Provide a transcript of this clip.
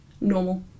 normal